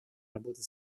работы